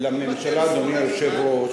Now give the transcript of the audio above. לממשלה ולכנסת, אדוני היושב-ראש,